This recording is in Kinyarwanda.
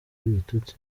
ibitutsi